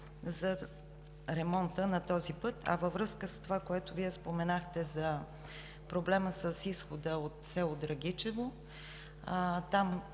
за ремонта на този път. Във връзка с това, което Вие споменахте – проблема с изхода от село Драгичево. Там